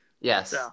Yes